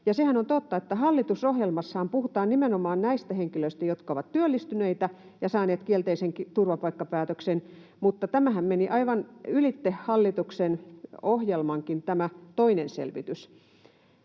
sehän on totta, että hallitusohjelmassahan puhutaan nimenomaan niistä henkilöistä, jotka ovat työllistyneitä ja saaneet kielteisen turvapaikkapäätöksen, mutta tämähän meni aivan ylitse hallituksen ohjelmankin tämä toinen selvitys.